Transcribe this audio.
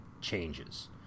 changes